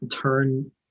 turn